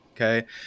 okay